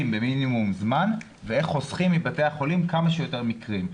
במינימום זמן ואיך חוסכים מבתי החולים כמה שיותר מקרים.